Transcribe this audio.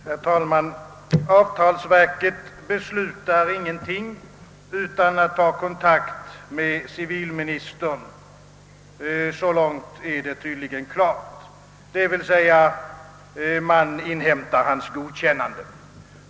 Herr talman! Avtalsverket beslutar ingenting utan att ta kontakt med civilministern. Så långt är det tydligen klart — d.v.s. man inhämtar civilministerns godkännande.